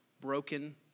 broken